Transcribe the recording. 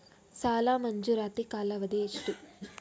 ಸಾಲ ಮಂಜೂರಾತಿ ಕಾಲಾವಧಿ ಎಷ್ಟು?